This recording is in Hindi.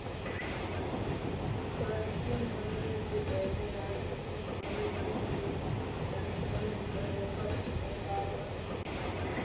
क्रचिंग करने से पहले राजू तुम आयोडीन से संक्रमित जगह पर छिड़काव करना